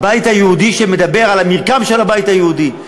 הבית היהודי שמדבר על המרקם של הבית היהודי.